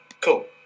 Cool